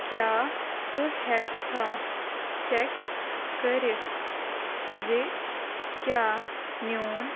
کیٛاہ ژٕ ہیٚکہِ کھا چیٚک کٔرِتھ زِ کیٛاہ میٛون